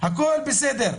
הכול בסדר.